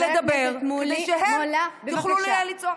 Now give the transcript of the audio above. אני עצרתי מלדבר כדי שהם יוכלו לצעוק.